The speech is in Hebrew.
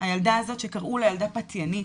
הילדה הזאת שקראו לה "ילדה פתיינית".